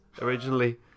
originally